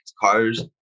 cars